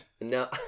No